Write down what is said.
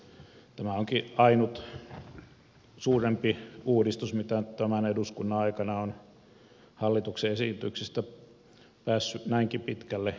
tämä onkin ainut suurempi uudistus mikä tämän eduskunnan aikana hallituksen esityksistä on päässyt näinkin pitkälle yksimielisyydessä